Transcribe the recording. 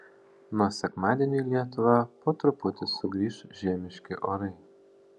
nuo sekmadienio į lietuvą po truputį sugrįš žiemiški orai